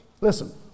Listen